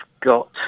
got